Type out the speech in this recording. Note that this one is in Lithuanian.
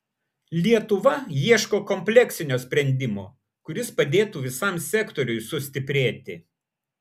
lietuva ieško kompleksinio sprendimo kuris padėtų visam sektoriui sustiprėti